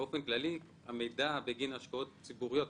המידע בגין השקעות ציבוריות,